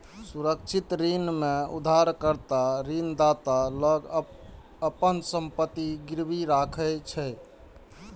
सुरक्षित ऋण मे उधारकर्ता ऋणदाता लग अपन संपत्ति गिरवी राखै छै